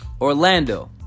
Orlando